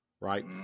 right